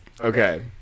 Okay